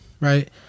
right